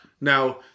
Now